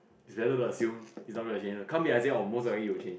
is better to assume it's not gonna change can't be I say oh most likely it will change